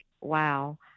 wow